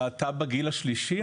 להט"ב בגיל השלישי?